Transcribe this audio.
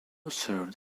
served